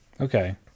okay